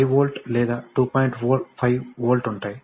5 volt ఉంటాయి